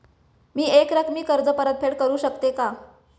मी एकरकमी कर्ज परतफेड करू शकते का?